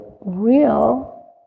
real